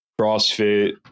CrossFit